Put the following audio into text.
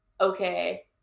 okay